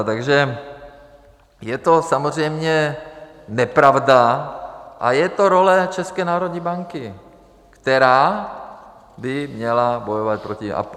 Takže je to samozřejmě nepravda a je to role České národní banky, která by měla bojovat proti inflaci.